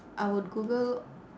I would google